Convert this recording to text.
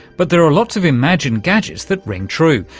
but there are lots of imagined gadgets that ring true.